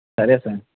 خیریت سے ہیں